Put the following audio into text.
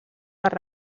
per